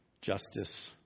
justice